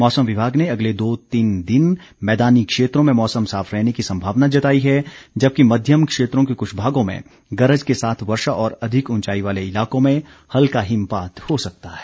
मौसम विभाग ने अगले दो तीन दिन मैदानी क्षेत्रों में मौसम साफ रहने की सम्भावना जताई है जबकि मध्यम क्षेत्रों के कुछ भागों में गरज के साथ वर्षा और अधिक उंचाई वाले इलाकों में हल्का हिमपात हो सकता है